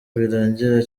birangira